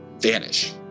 vanish